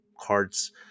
cards